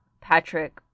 Patrick